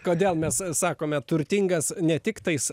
kodėl mes sakome turtingas ne tik tais